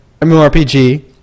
MMORPG